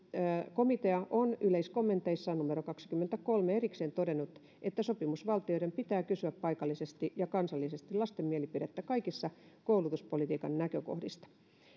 komitea on yleiskommentissaan numero kahteenkymmeneenkolmeen erikseen todennut että sopimusvaltioiden pitää kysyä paikallisesti ja kansallisesti lasten mielipidettä kaikista koulutuspolitiikan näkökohdista